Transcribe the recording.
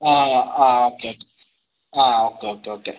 ആ ആ ഓക്കെ ആ ഓക്കെ ഓക്കെ ഓക്കെ